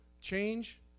change